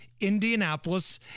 Indianapolis